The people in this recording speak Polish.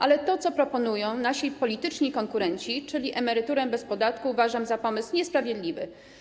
Ale to, co proponują nasi polityczni konkurenci, czyli emeryturę bez podatku, uważam za pomysł niesprawiedliwy.